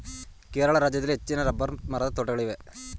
ಕೇರಳ ರಾಜ್ಯದಲ್ಲಿ ಹೆಚ್ಚಿನ ರಬ್ಬರ್ ಮರದ ತೋಟಗಳಿವೆ